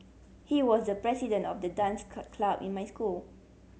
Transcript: he was the president of the dance club in my school